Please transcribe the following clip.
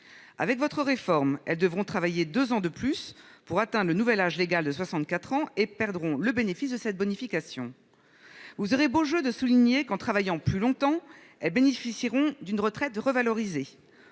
Avec votre réforme, elles devront travailler 2 ans de plus pour atteint le nouvel âge légal de 64 ans et perdront le bénéfice de cette bonification. Vous aurez beau jeu de souligner qu'en travaillant plus longtemps et bénéficieront d'une retraite revalorisées,